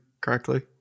correctly